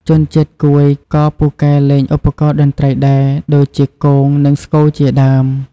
ជនជាតិកួយក៏ពូកែលេងឧបករណ៍តន្ត្រីដែរ ដូចជាគង និង ស្គរជាដើម។